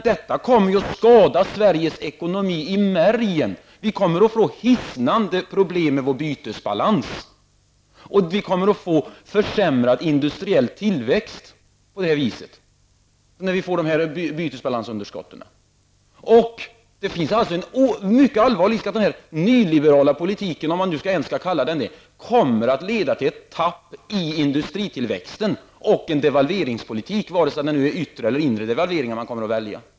Detta kommer ju att skada Sveriges ekonomi i märgen. Vi kommer att få hisnande problem med vår bytesbalans. Och med bytesbalansunderskotten kommer vi att få försämrad industriell tillväxt. Det finns alltså en mycket allvarlig risk att den nyliberala politiken -- om vi skall kalla den så -- kommer att leda till ett stopp i industritillväxten och en devalveringspolitik, vare sig det nu är en yttre eller inre devalvering man kommer att välja.